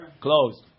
Closed